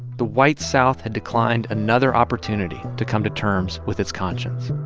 the white south had declined another opportunity to come to terms with its conscience